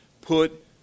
put